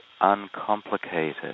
uncomplicated